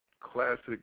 classic